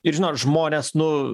ir žinot žmonės nu